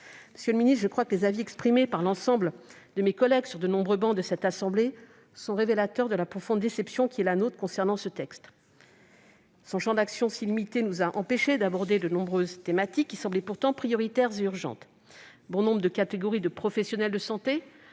Monsieur le ministre, les avis exprimés par l'ensemble de mes collègues, sur de nombreuses travées de cette assemblée, sont révélateurs de la profonde déception qui est la nôtre concernant ce texte. Son champ d'action très limité nous a empêchés d'aborder de nombreuses thématiques qui semblaient pourtant prioritaires et urgentes. Bon nombre de catégories de professionnels de santé